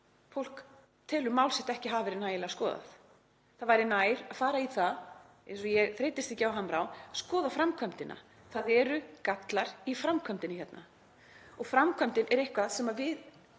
fólk telur mál sitt ekki hafa verið nægilega skoðað. Það væri nær að fara í það, eins og ég þreytist ekki á að hamra á, að skoða framkvæmdina. Það eru gallar í framkvæmdinni hérna. Framkvæmdin er eitthvað sem við